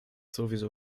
sowieso